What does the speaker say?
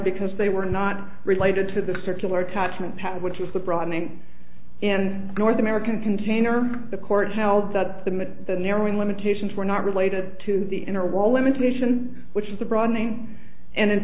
because they were not related to the circular attachment pad which was the broadening in north american container the court held that the the narrowing limitations were not related to the inner wall insulation which is the broadening and